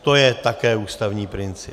To je také ústavní princip.